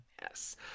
Yes